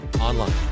online